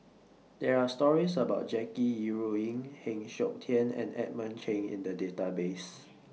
There Are stories about Jackie Yi Ru Ying Heng Siok Tian and Edmund Cheng in The Database